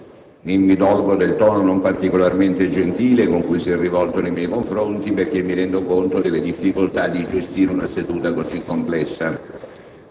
mi dolgo del tono non particolarmente gentile con cui si è rivolto nei miei confronti, perché mi rendo conto delle difficoltà di gestire una seduta così complessa.